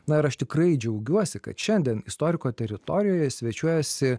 na ir aš tikrai džiaugiuosi kad šiandien istoriko teritorijoje svečiuojasi